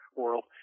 world